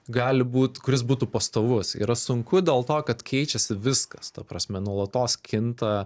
gali būt kuris būtų pastovus yra sunku dėl to kad keičiasi viskas ta prasme nuolatos kinta